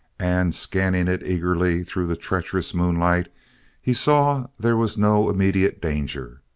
and scanning it eagerly through the treacherous moonlight he saw there was no immediate danger.